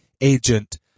agent